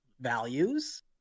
values